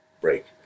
Break